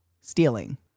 stealing